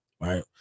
right